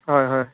হয় হয়